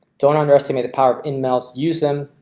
don't underestimate the power of in melts use them.